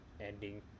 ending